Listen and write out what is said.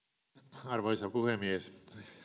arvoisa puhemies